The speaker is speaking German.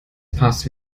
passt